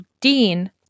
Dean